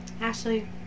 Ashley